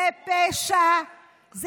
זה פשע.